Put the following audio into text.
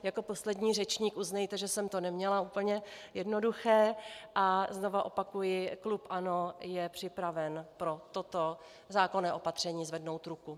Jako poslední řečník, uznejte, že jsem to neměla úplně jednoduché, a znovu opakuji, klub ANO je připraven pro toto zákonné opatření zvednout ruku.